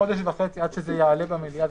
חודש וחצי עד שזה יעלה במליאה.